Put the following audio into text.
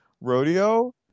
Rodeo